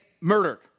murdered